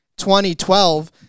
2012